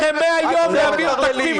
היו לכם 100 ימים להעביר תקציב.